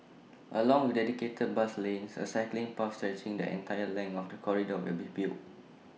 along with dedicated bus lanes A cycling path stretching the entire length of the corridor will be built